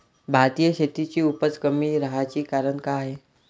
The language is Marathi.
भारतीय शेतीची उपज कमी राहाची कारन का हाय?